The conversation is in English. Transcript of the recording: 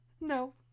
No